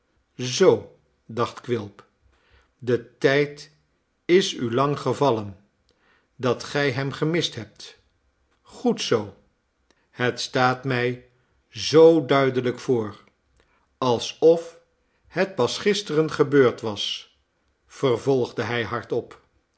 zoo dacht quilp de tijd is u lang gevallen dat gij hem gemist hebt goed zoo het staat mij zoo duidelijk voor alsof het pas gisteren gebeurd was vervolgde hij hardop